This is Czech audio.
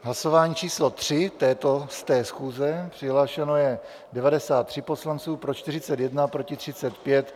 Hlasování číslo 3, této 100. schůze, přihlášeno je 93 poslanců, pro 41, proti 35.